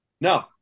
no